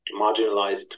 marginalized